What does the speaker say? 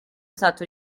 stato